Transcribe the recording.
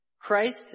Christ